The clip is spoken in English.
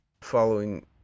following